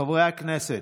חברי הכנסת,